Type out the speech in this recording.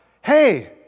Hey